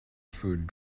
food